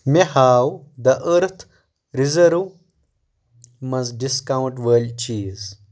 مےٚ ہاو the earth reserve منٛز ڈسکاونٛٹ وٲلۍ چیٖز